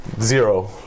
zero